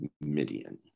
Midian